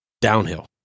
downhill